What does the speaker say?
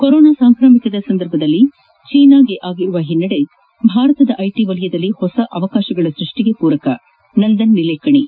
corona ಸಾಂಕ್ರಾಮಿಕದ ಸಂದರ್ಭದಲ್ಲಿ ಚೀನಾಗೆ ಆಗಿರುವ ಹಿನ್ನದೆ ಭಾರತದ ಐಟಿ ವಲಯದಲ್ಲಿ ಹೊಸ ಅವಕಾಶಗಳ ಸ್ಪಷ್ಪಿಗೆ ಪೂರಕ ನಂದನ್ ನಿಲೇಕಣೆ